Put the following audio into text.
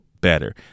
better